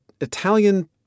Italian